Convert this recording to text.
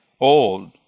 old